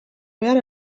behar